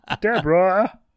Deborah